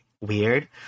weird